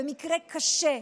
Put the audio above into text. במקרה קשה,